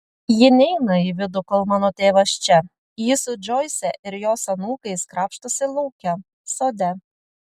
ji neina į vidų kol mano tėvas čia ji su džoise ir jos anūkais krapštosi lauke sode